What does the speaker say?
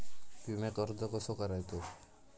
विम्याक अर्ज कसो करायचो?